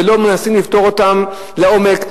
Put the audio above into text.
ולא מנסים לפתור אותן לעומק.